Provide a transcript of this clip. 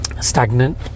Stagnant